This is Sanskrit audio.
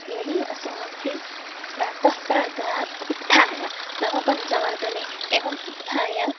यदि अस्माभिः प्रातःप्रातः उत्थाय नाम पञ्चवादने एवम् उत्थाय